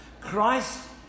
Christ